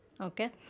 okay